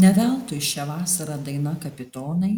ne veltui šią vasarą daina kapitonai